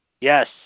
Yes